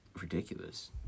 ridiculous